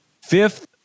fifth